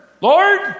Lord